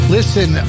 Listen